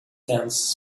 tents